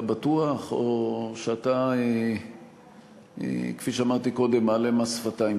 אתה בטוח, או כפי שאמרתי קודם אתה מעלה מס שפתיים?